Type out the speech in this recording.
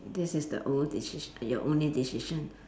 this is the ol~ deci~ your only decision